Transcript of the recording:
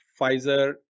Pfizer